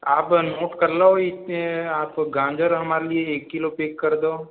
आप नोट कर लो आप गाजर हमारे लिए एक किलो पैक कर दो